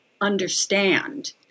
understand